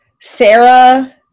Sarah